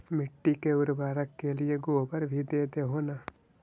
मिट्टी के उर्बरक के लिये गोबर भी दे हो न?